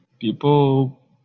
People